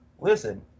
Listen